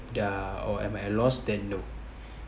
there're or am I at lost then no